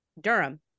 Durham